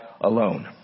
alone